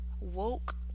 woke